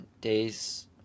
days